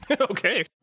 Okay